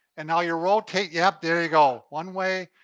and now you're rotating, yep, there you go. one way,